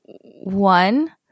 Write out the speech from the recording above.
one